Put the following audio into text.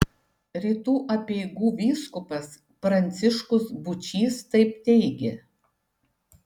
rytų apeigų vyskupas pranciškus būčys taip teigė